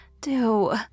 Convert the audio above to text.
Do